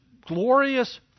glorious